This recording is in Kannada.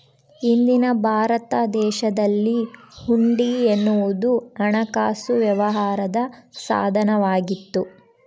ಹಿಂದಿನ ಭಾರತ ದೇಶದಲ್ಲಿ ಹುಂಡಿ ಎನ್ನುವುದು ಹಣಕಾಸು ವ್ಯವಹಾರದ ಸಾಧನ ವಾಗಿತ್ತು